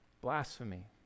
Blasphemy